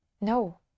no